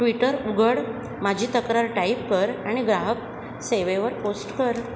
Twitter उघड माझी तक्रार टाईप कर आणि ग्राहक सेवेवर पोस्ट कर